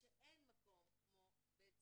וכשאין מקום כמו 'בית זיו',